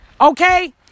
Okay